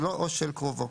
שלו או של קרובו,